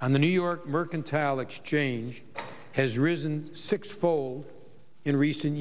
on the new york mercantile exchange has risen six fold in recent